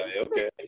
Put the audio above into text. Okay